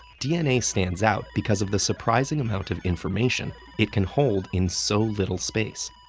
dna stands out because of the surprising amount of information it can hold in so little space.